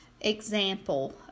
example